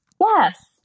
Yes